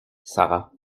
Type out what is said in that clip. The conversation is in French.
sara